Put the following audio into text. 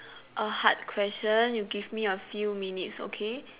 a hard question you give me a few minutes okay